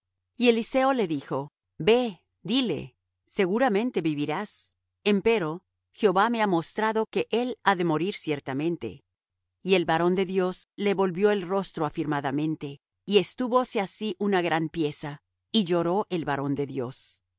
y eliseo le dijo ve dile seguramente vivirás empero jehová me ha mostrado que él ha de morir ciertamente y el varón de dios le volvió el rostro afirmadamente y estúvose así una gran pieza y lloró el varón de dios